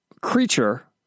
creature